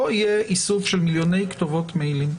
לא יהיה איסוף של מיליוני כתובות מיילים,